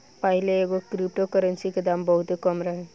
पाहिले एगो crypto currency के दाम बहुते कम रहे